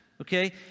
Okay